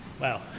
Wow